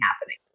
happening